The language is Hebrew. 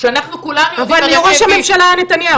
כשאנחנו כולנו --- אבל ראש הממשלה היה נתניהו.